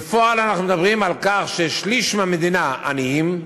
בפועל, אנחנו מדברים על כך ששליש מהמדינה עניים,